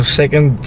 second